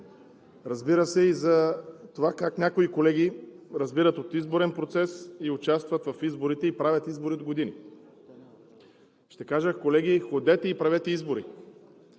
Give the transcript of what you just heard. разбира се, и за това как някои колеги разбират от изборен процес, участват в изборите и правят избори от години. Ще кажа, колеги, ходете и правете избори.